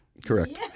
Correct